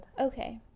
Okay